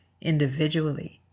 individually